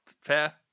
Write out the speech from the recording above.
Fair